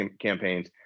campaigns